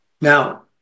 now